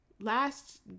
last